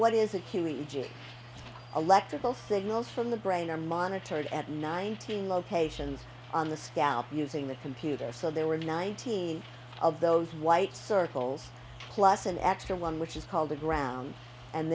g electrical signals from the brain are monitored at nineteen locations on the scout using the computer so there were nineteen of those white circles plus an extra one which is called a ground and